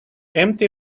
empty